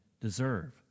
deserve